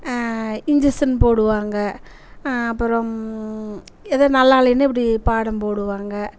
injection போடுவாங்க அப்புறம் எதும் நல்லா இல்லைன்னு இப்படி பாடம் போடுவாங்க